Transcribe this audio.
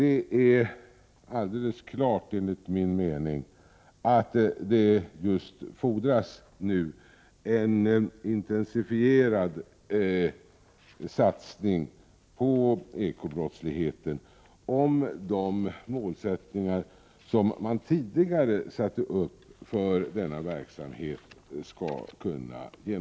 Enligt min mening är det helt klart att det nu fordras en intensifierad satsning på bekämpande av ekobrottsligheten, om de mål som man tidigare eftersträvat för denna verksamhet skall kunna nås.